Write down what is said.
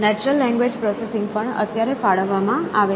natural language processing પણ અત્યારે ફાળવવામાં આવે છે